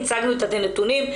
הצגנו את הנתונים.